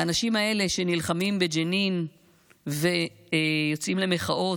האנשים האלה, שנלחמים בג'נין ויוצאים למחאות,